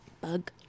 bug